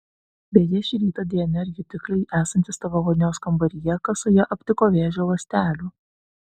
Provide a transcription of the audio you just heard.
beje šį rytą dnr jutikliai esantys tavo vonios kambaryje kasoje aptiko vėžio ląstelių